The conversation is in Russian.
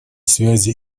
связи